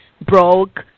broke